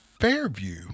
Fairview